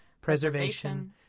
preservation